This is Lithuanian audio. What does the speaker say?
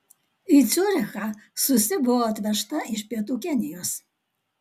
į ciurichą susi buvo atvežta iš pietų kenijos